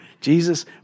Jesus